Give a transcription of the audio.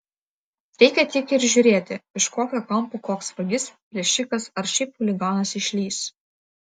reikia tik ir žiūrėti iš kokio kampo koks vagis plėšikas ar šiaip chuliganas išlįs